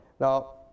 Now